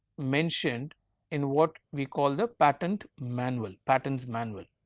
mentioned in what we call the patent manual patents manual,